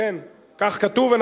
כן, כך כתוב.